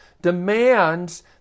demands